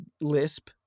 lisp